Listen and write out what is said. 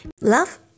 Love